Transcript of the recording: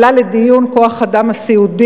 עלה לדיון נושא כוח-האדם הסיעודי,